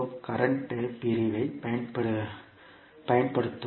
current பிரிவைப் பயன்படுத்துவோம்